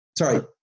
Sorry